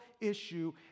issue